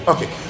Okay